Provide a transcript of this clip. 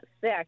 sick